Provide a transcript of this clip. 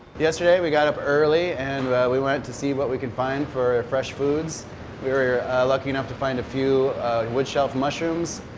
yesterday we got up early and we went to see what we could find for fresh foods. we were lucky enough to find a few woodshelf mushrooms.